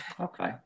Okay